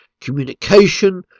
Communication